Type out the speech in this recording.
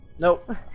Nope